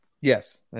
yes